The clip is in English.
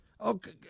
Okay